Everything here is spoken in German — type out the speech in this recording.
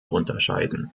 unterscheiden